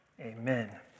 Amen